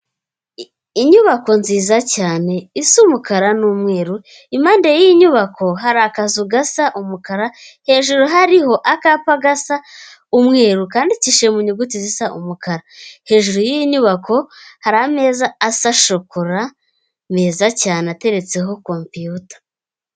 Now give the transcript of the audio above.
Inyubako nziza cyane isa umukara n'umweru, impande y'iyi nyubako hari akazu gasa umukara hejuru hariho akapa gasa umweru kandikishe mu nyuguti zisa umukara, hejuru y'iyi nyubako hari ameza asa shokora meza cyane ateretseho kompiyuta.